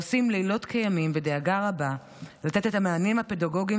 העושים לילות כימים בדאגה רבה לתת את המענים הפדגוגיים